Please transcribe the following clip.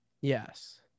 Yes